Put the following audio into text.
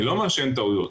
אני לא אומר שאין טעויות.